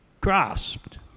grasped